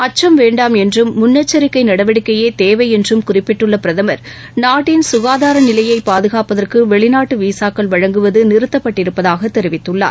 அச்சம் வேண்டாம் என்றும் முன்னெச்சிக்கை நடவடிக்கையே தேவை என்றும் குறிப்பிட்டுள்ள பிரதம் நாட்டின் சுகாதார நிலையை பாதுகாப்பதற்கு வெளிநாட்டு விசாக்கள் வழங்குவது நிறுத்தப்பட்டிருப்பதாக தெரிவித்துள்ளார்